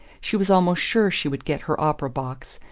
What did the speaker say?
she was almost sure she would get her opera box,